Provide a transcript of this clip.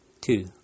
Two